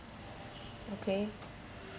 okay